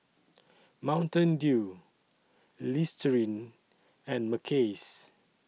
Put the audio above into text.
Mountain Dew Listerine and Mackays